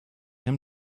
him